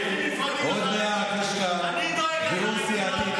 עוד מעט יש כאן דיון סיעתי.